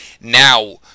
Now